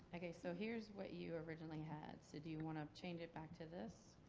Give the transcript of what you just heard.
okay so here's what you originally had. so do you want to change it back to this?